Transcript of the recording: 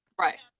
Right